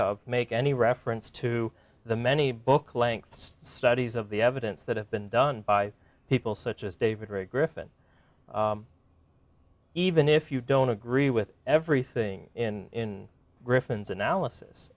of make any reference to the many book lengths studies of the evidence that have been done by people such as david ray griffin even if you don't agree with everything in griffin's analysis